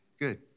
good